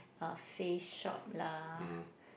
uh Face-Shop lah